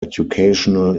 educational